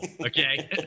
Okay